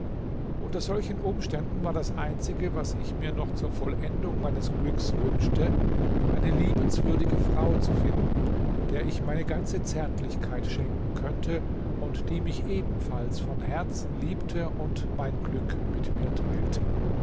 unter solchen umständen war das einzige was ich mir noch zur vollendung meines glücks wünschte eine liebenswürdige frau zu finden der ich meine ganze zärtlichkeit schenken könnte und die mich ebenfalls von herzen liebte und mein glück mit mir teilte